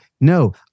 no